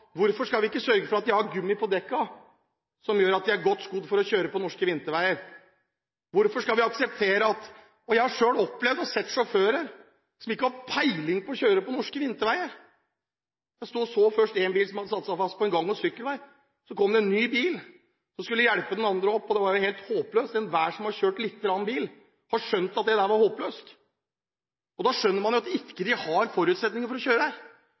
Hvorfor skal vi ikke sørge for at de har gummi på dekkene som gjør at de er godt skodd for å kjøre på norske vinterveier? Jeg har selv opplevd og sett sjåfører som ikke har peiling på å kjøre på norske vinterveier. Jeg sto og så på først en bil som hadde satt seg fast på en gang- og sykkelvei. Så kom det en ny bil som skulle hjelpe den andre opp. Det var helt håpløst. Enhver som har kjørt litt bil, skjønte at dette var håpløst. Da skjønner man at de ikke har forutsetninger for å kjøre